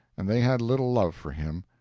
and they had little love for him.